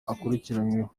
akurikiranyweho